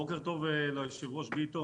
בוקר טוב ליושב-ראש ביטון,